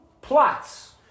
plots